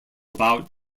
about